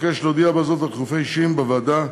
אבקש להודיע בזאת על חילופי אישים בוועדה